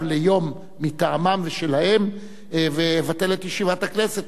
ליום מטעמם ושלהם ונבטל את ישיבת הכנסת,